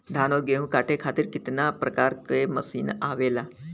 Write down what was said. धान और गेहूँ कांटे खातीर कितना प्रकार के मशीन आवेला?